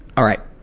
alright,